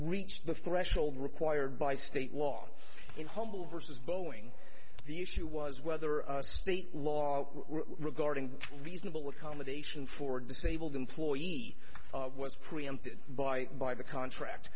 reach the threshold required by state law in humble versus boeing the issue was whether the law regarding reasonable accommodation for disabled employees was preempted by by the contract